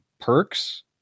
perks